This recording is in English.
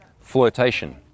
flirtation